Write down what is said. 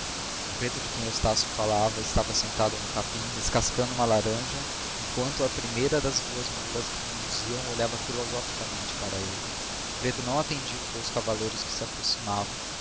o preto de quem estácio falara estava sentado no capim descascando uma laranja enquanto a primeira das duas mulas que conduzia olhava filosoficamente para ele o preto não atendia aos dois cavaleiros que se aproximavam